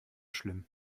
schlimm